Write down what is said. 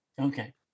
okay